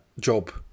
job